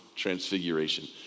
transfiguration